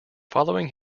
following